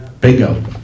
Bingo